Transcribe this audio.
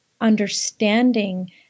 understanding